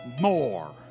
more